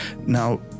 Now